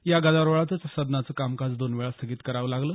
या गदारोळामुळे सदनाचं कामकाज दोनवेळा स्थगित करावं लागलं